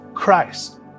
Christ